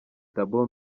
thabo